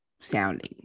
sounding